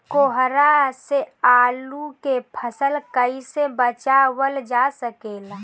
कोहरा से आलू के फसल कईसे बचावल जा सकेला?